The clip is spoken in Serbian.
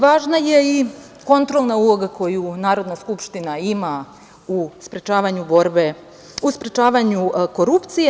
Važna je i kontrolna uloga koju Narodna skupština ima u sprečavanju korupcije.